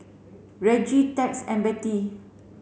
Reggie Tex and Bette